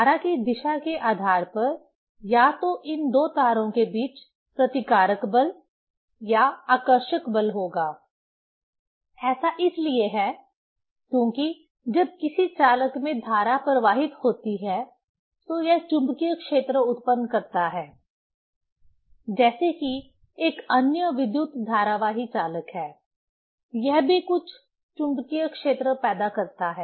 धारा की दिशा के आधार पर या तो इन दो तारों के बीच प्रतिकारक बल या आकर्षक बल होगा ऐसा इसलिए है क्योंकि जब किसी चालक में धारा प्रवाहित होती है तो यह चुंबकीय क्षेत्र उत्पन्न करता है जैसे कि एक अन्य विद्युत धारावाही चालक है यह भी कुछ चुंबकीय क्षेत्र पैदा करता है